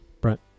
Brent